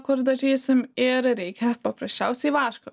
kur dažysim ir reikia paprasčiausiai vaško